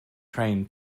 train